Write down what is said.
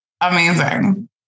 amazing